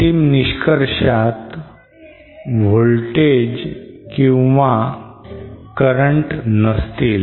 अंतिम निष्कर्षात voltage or current नसतील